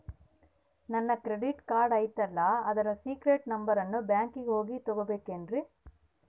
ನನ್ನ credit card ಐತಲ್ರೇ ಅದರ ಸೇಕ್ರೇಟ್ ನಂಬರನ್ನು ಬ್ಯಾಂಕಿಗೆ ಹೋಗಿ ತಗೋಬೇಕಿನ್ರಿ?